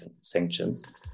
sanctions